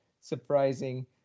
surprising